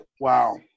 Wow